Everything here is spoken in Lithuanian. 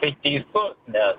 tai teisus nes